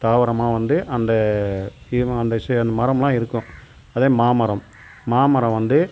தாவரமாக வந்து அந்த இதுவும் அந்த மரம் எல்லாம் இருக்கும் அதே மாமரம் மாமரம் வந்து